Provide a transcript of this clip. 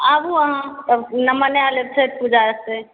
आबू अहाँ तब मना लेब छठि पूजा एतहि